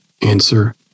answer